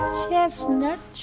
chestnut